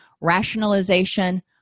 rationalization